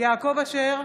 יעקב אשר,